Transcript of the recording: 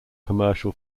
commercial